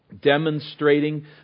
demonstrating